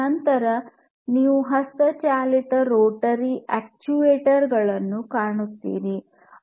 ನಂತರ ನೀವು ಹಸ್ತಚಾಲಿತ ರೋಟರಿ ಅಕ್ಚುಯೇಟರ್ ಗಳನ್ನು ಕಾಣುತ್ತೀರಿ